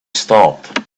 stopped